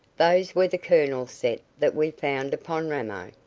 those were the colonel's set that we found upon ramo.